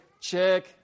check